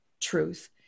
truth